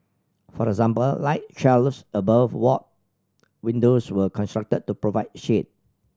for example light shelves above ward windows were constructed to provide shade